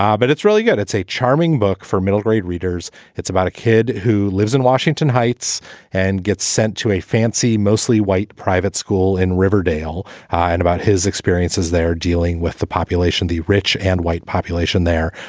um but it's really good. it's a charming book for middle grade readers. it's about a kid who lives in washington heights and gets sent to a fancy, mostly white private school in riverdale high and about his experiences there dealing with the population, the rich and white population there.